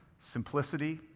simplicity,